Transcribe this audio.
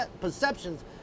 perceptions